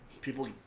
People